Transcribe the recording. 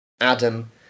Adam